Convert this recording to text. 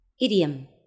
Idiom